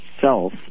self